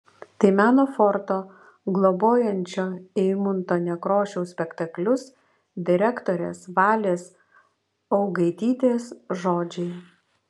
tai meno forto globojančio eimunto nekrošiaus spektaklius direktorės valės augaitytės žodžiai